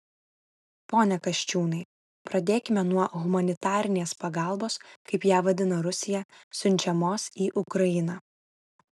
pone kasčiūnai pradėkime nuo humanitarinės pagalbos kaip ją vadina rusija siunčiamos į ukrainą